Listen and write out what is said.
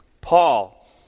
Paul